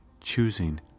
choosing